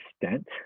extent